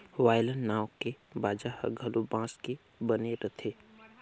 violin नांव के बाजा ह घलो बांस के बने रथे